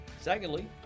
Secondly